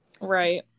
Right